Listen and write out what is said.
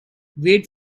wait